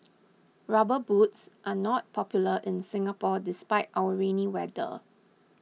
rubber boots are not popular in Singapore despite our rainy weather